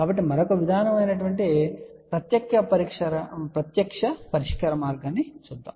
కాబట్టి మరొక విధానం అయిన ప్రత్యక్ష పరిష్కారాన్ని చూద్దాం